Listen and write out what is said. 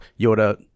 Yoda